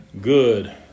good